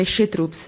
निश्चित रूप से